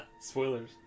Spoilers